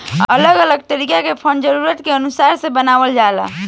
अलग अलग तरीका के फंड जरूरत के अनुसार से बनावल जाला